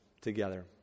together